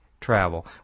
travel